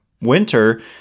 winter